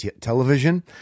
television